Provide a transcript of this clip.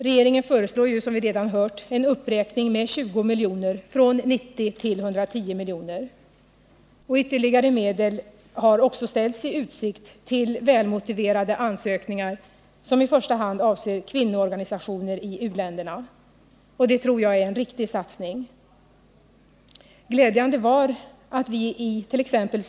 Regeringen föreslår, som vi redan hört, en uppräkning med 20 milj.kr. från 90 till 110 milj.kr. Ytterligare medel har också ställts i utsikt till välmotiverade ansökningar som i första hand avser kvinnoorganisationer i u-länderna. Detta tror jag är en riktig satsning. Det glädjande var att vi it.ex.